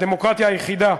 הדמוקרטיה היחידה,